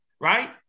right